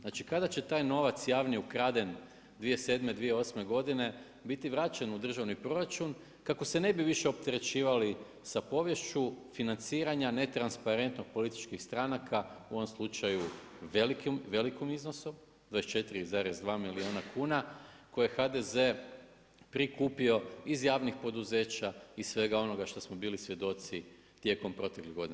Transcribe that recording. Znači kada će taj novac javni, ukraden 2007., 2008. godine biti vraćen u državni proračun kako se ne bi više opterećivali sa poviješću financiranja netransparentno političkih stranaka u ovom slučaju, u velikom iznosu 24,2 milijuna kuna koje je HDZ prikupio iz javnih poduzeća i svega onoga što smo bili svjedoci tijekom proteklih godina.